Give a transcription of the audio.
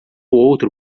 outro